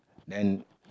and